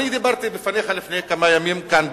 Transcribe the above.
אני דיברתי בפניך לפני כמה ימים כאן,